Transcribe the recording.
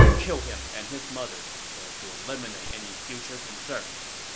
kill him and his mother so as to eliminate any future concerns.